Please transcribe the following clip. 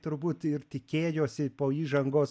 turbūt ir tikėjosi po įžangos